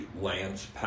Lance